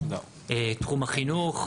תחום החינוך,